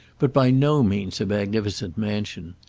but by no means a magnificent mansion.